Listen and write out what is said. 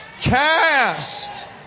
Cast